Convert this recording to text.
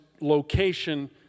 location